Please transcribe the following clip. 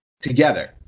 together